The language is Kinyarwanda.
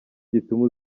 gituma